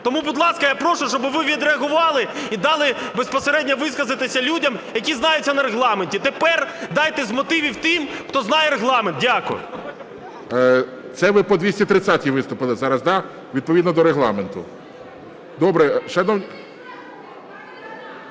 Тому, будь ласка, я прошу, щоб ви відреагували і дали безпосередньо висказатися людям, які знаються на Регламенті. Тепер дайте з мотивів тим, хто знає Регламент. Дякую. ГОЛОВУЮЧИЙ. Це ви по 230 виступили зараз, да, відповідно до Регламенту? Добре.